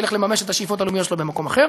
ילך לממש את השאיפות הלאומיות שלו במקום אחר.